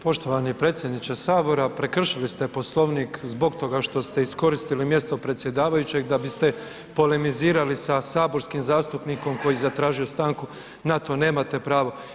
Poštovani predsjedniče Sabora, prekršili ste Poslovnik zbog toga što ste iskoristili mjesto predsjedavajućeg da biste polemizirali sa saborskim zastupnikom koji je zatražio stanku, na to nemate pravo.